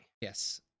Yes